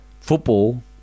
football